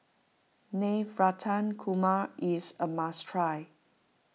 Navratan Korma is a must try